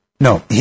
No